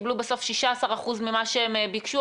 קיבלו בסוף 16% ממה שהם ביקשו,